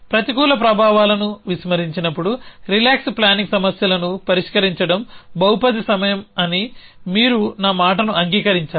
ప్రతికూల ప్రభావాలను విస్మరించినప్పుడు రిలాక్స్ ప్లానింగ్ సమస్యలను పరిష్కరించడం బహుపది సమయం అని మీరు నా మాటను అంగీకరించాలి